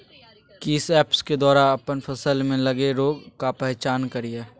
किस ऐप्स के द्वारा अप्पन फसल में लगे रोग का पहचान करिय?